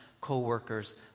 co-workers